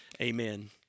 amen